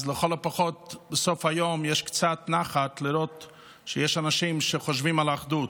אז לכל הפחות בסוף היום יש קצת נחת לראות שיש אנשים שחושבים על אחדות.